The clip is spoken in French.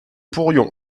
pourrions